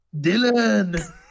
Dylan